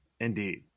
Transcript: Indeed